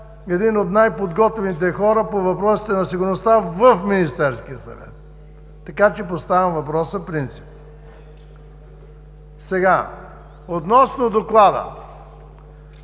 един от най-подготвените хора по въпросите на сигурността в Министерския съвет. Така че поставям въпроса принципно. Относно Доклада,